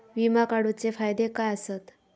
विमा काढूचे फायदे काय आसत?